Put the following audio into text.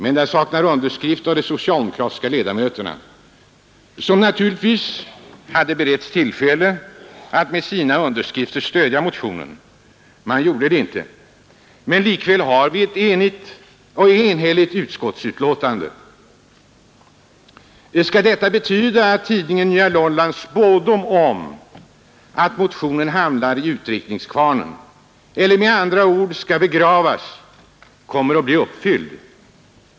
Men den saknar underskrift från socialdemokratiska ledamöter, som naturligtvis har beretts tillfälle att med sina underskrifter stödja motionen. De gjorde det inte. Men likväl har vi ett enhälligt utskottsbetänkande. Skall detta betyda att tidningen Nya Norrlands spådom om att motionen hamnar i en utredningskvarn, med andra ord skall begravas, kommer att bli uppfylld?